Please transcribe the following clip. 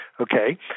Okay